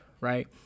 right